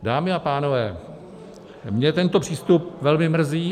Dámy a pánové, mě tento přístup velmi mrzí.